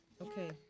Okay